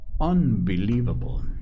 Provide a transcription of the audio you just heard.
Unbelievable